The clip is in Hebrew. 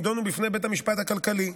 יידונו בפני בית המשפט הכלכלי.